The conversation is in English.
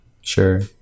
sure